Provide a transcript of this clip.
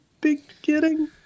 beginning